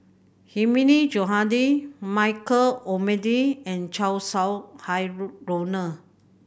Hilmi Johandi Michael Olcomendy and Chow Sau Hai Roland